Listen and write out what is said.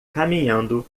caminhando